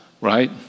right